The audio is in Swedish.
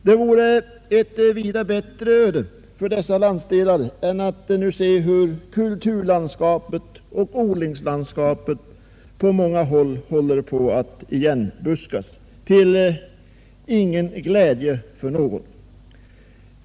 Det vore ett vida bättre öde för dessa landsdelar än att kulturlandskapet och odlingslandskapet på många håll buskas igen till ingen glädje för någon.